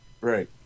Right